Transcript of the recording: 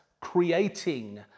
creating